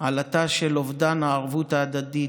עלטה של אובדן הערבות ההדדית,